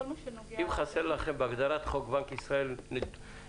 מה שנוגע --- אם חסר לכם בהגדרת חוק בנק ישראל תיקונים